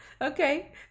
Okay